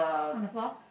on the floor